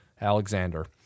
Alexander